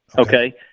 okay